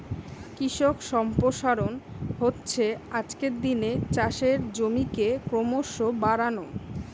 কৃষি সম্প্রসারণ হচ্ছে আজকের দিনে চাষের জমিকে ক্রোমোসো বাড়ানো